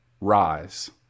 rise